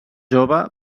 jove